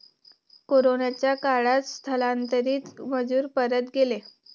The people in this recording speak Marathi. कोरोनाच्या काळात स्थलांतरित मजूर परत गेले